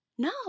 no